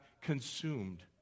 consumed